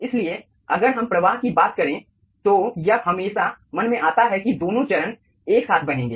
इसलिए अगर हम प्रवाह की बात करें तो यह हमेशा मनमें आता है कि दोनों चरण एक साथ बहेंगे